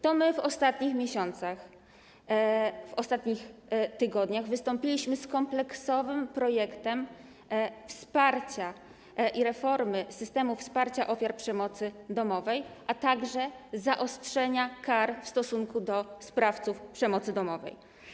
To my w ostatnich miesiącach, w ostatnich tygodniach wystąpiliśmy z kompleksowym projektem wsparcia i reformy systemu wsparcia ofiar przemocy domowej, a także zaostrzenia kar w stosunku do sprawców przemocy domowej.